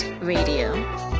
Radio